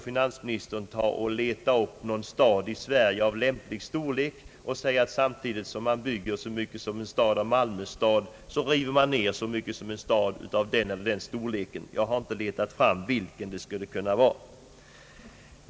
Finansministern får leta upp någon stad i Sverige av lämplig storlek och säga att samtidigt som man bygger så mycket som mot svarar Malmö stads storlek, river man ned så mycket som motsvarar storleken på den eller den staden.